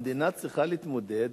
המדינה צריכה להתמודד